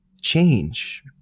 change